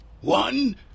One